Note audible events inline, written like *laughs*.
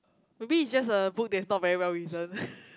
maybe is just a book that's not very well written *laughs*